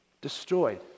destroyed